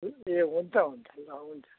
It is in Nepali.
ए हुन्छ हुन्छ ल हुन्छ